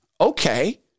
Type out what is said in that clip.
Okay